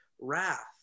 wrath